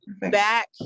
Back